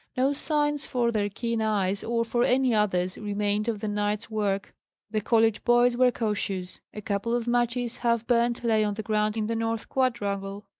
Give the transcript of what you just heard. no signs, for their keen eyes, or for any others, remained of the night's work the college boys were cautious. a couple of matches, half-burnt, lay on the ground in the north quadrangle,